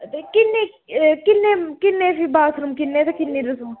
ते किन्ने किन्ने किन्ने फ्ही बाथरूम ते किन्ने रसोऽ